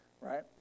right